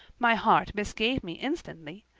my heart misgave me instantly.